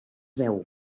veu